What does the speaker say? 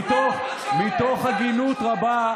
מתוך הגינות רבה,